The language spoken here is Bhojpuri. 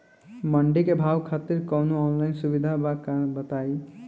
मंडी के भाव खातिर कवनो ऑनलाइन सुविधा बा का बताई?